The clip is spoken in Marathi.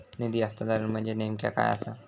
निधी हस्तांतरण म्हणजे नेमक्या काय आसा?